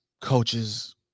coaches